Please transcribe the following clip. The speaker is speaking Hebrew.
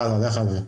יאללה, לך על זה.